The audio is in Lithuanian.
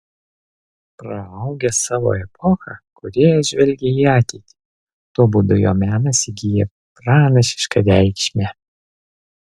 praaugęs savo epochą kūrėjas žvelgia į ateitį tuo būdu jo menas įgyja pranašišką reikšmę